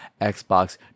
Xbox